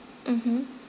mmhmm